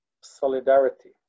solidarity